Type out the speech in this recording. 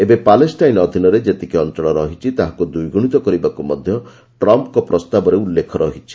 ଏବେ ପାଲେଷ୍ଟାଇନ୍ ଅଧୀନରେ ଯେତିକି ଅଞ୍ଚଳ ରହିଛି ତାହାକୁ ଦ୍ୱିଗୁଣିତ କରିବାକୁ ମଧ୍ୟ ଟ୍ରମ୍ପଙ୍କ ପ୍ରସ୍ତାବରେ ଉଲ୍ଲେଖ ରହିଛି